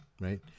right